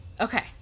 okay